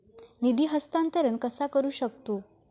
निधी हस्तांतर कसा करू शकतू?